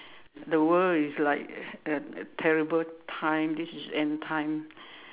the world is like a terrible time this is end time